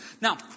Now